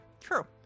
True